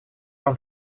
вам